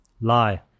Lie